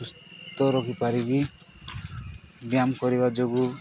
ସୁସ୍ଥ ରଖିପାରିବି ବ୍ୟାୟାମ କରିବା ଯୋଗୁଁ